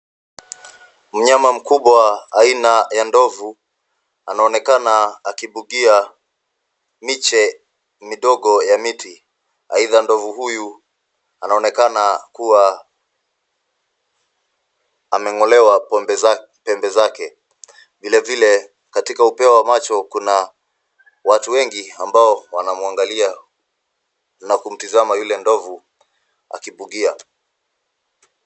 Mnyama mkubwa aina ya ndovu anaonekana akibugia miche midogo ya miti. Aidha ndovu huyu anaonekana kuwa ameng'olewa pembe zake. Vilevile katika upeo wa macho kuna watu wengi ambao wanamwangalia na kumtazama yule ndovu akibugia.